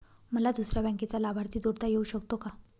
मला दुसऱ्या बँकेचा लाभार्थी जोडता येऊ शकतो का?